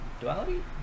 Duality